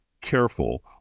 careful